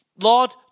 Lord